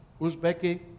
Uzbeki